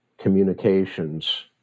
communications